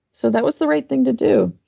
so, that was the right thing to do.